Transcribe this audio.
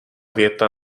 věta